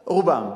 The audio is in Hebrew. רובן.